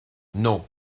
non